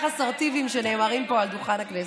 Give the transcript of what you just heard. אסרטיביים שנאמרים פה על דוכן הכנסת.